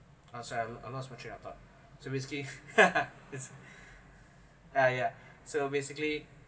also a lot much than I thought so basically it's uh yeah so basically